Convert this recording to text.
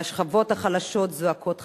והשכבות החלשות זועקות חמס,